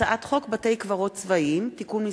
הצעת חוק בתי-קברות צבאיים (תיקון מס'